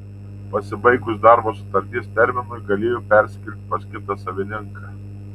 pasibaigus darbo sutarties terminui galėjo persikelti pas kitą savininką